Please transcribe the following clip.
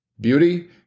beauty